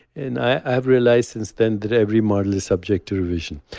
and i have realized since then that every model is subject to revision.